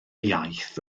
iaith